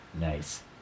Nice